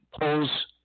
polls